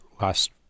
last